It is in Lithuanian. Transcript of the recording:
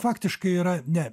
faktiškai yra ne